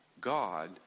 God